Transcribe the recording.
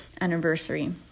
anniversary